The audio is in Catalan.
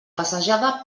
passejada